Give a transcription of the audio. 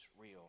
real